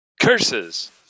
Curses